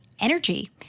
energy